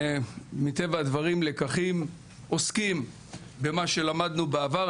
מטבע הדברים לקחים עוסקים במה שלמדנו בעבר.